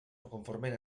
conformen